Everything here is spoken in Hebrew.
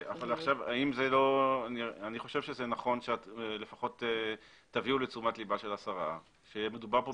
אני חושב שזה נכון שלפחות תביאו לתשומת לבה של השרה שמדובר פה בחוק.